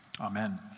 Amen